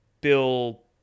Bill